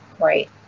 right